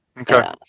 Okay